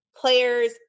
players